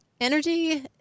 energy